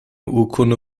urkunde